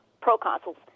proconsuls